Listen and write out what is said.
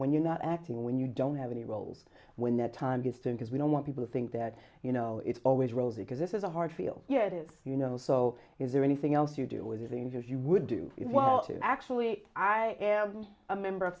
when you're not acting when you don't have any roles when the time gets to because we don't want people to think that you know it's always rosy because this is a hard field yet it's you know so is there anything else you do with the things you would do well to actually i am a member of